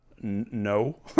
no